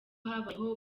habayeho